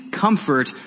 comfort